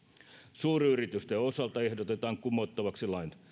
suuryritysten osalta ehdotetaan kumottavaksi lain